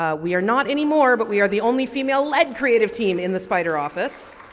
ah we are not anymore but we are the only female led creative team in the spider office